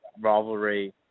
rivalry